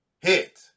Hit